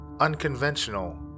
unconventional